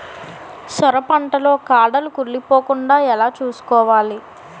సొర పంట లో కాడలు కుళ్ళి పోకుండా ఎలా చూసుకోవాలి?